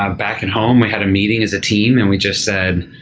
ah back at home, we had a meeting as a team and we just said,